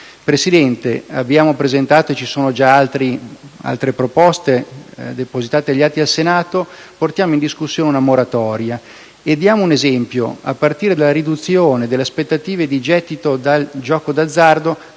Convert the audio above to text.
Presidente, abbiamo presentato un disegno di legge e ve ne sono già altri depositati agli atti del Senato: portiamo in discussione una moratoria e diamo un esempio, a partire dalla riduzione delle aspettative di gettito dal gioco d'azzardo.